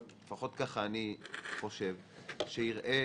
לפחות כך אני חושב, שיראה